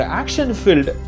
action-filled